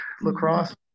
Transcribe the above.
lacrosse